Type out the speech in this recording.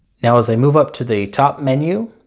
now as i move up to the top menu